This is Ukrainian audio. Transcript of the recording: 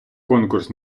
конкурс